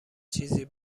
چیزی